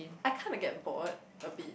I kind of get bored a bit